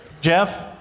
Jeff